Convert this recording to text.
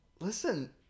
Listen—